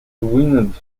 twinned